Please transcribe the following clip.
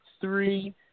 three